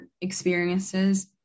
experiences